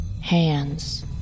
hands